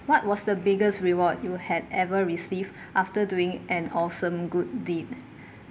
what was the biggest reward you had ever received after doing an awesome good deed